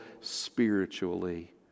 spiritually